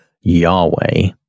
Yahweh